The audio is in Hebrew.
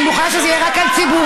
אני מוכנה שזה יהיה רק על ציבורי.